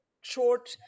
short